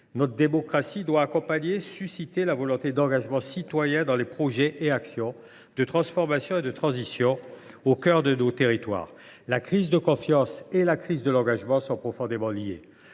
Notre démocratie doit accompagner et susciter la volonté d’engagement citoyen dans les projets et actions de transformation et de transition, au cœur de nos territoires. La crise de confiance et la crise de l’engagement sont profondément liées.